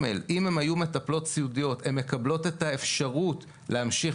אם הן היו מטפלות סיעודיות הן מקבלות את האפשרות להמשיך